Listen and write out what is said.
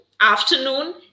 afternoon